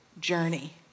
journey